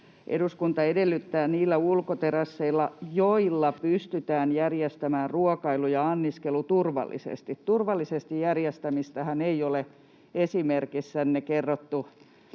”eduskunta edellyttää, että niillä ulkoterasseilla, joilla pystytään järjestämään ruokailu ja anniskelu turvallisesti” — turvallisesti järjestämistähän ei ole esimerkissänne kerrottu